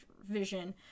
vision